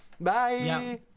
bye